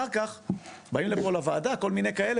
אחר כך באים לפה לוועדה כל מיני כאלה